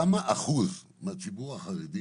כמה אחוז מהציבור החרדי